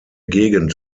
gegend